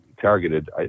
targeted